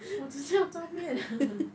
我只是要照片